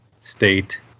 state